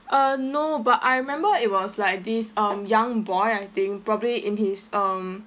uh no but I remember it was like this um young boy I think probably in his um